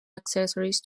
accessories